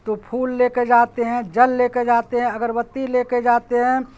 تو پھول لے کے جاتے ہیں جل لے کے جاتے ہیں اگربتی لے کے جاتے ہیں